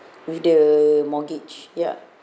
with the mortgage ya